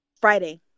Friday